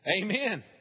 Amen